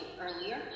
earlier